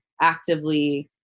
actively